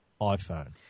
iPhone